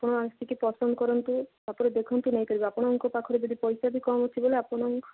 ଆପଣ ଆସିକି ପସନ୍ଦ କରନ୍ତୁ ତାପରେ ଦେଖନ୍ତୁ ନେଇପାରିବେ ଆପଣଙ୍କ ପାଖରେ ଯଦି ପଇସା ବି କମ୍ ଅଛି ବୋଲେ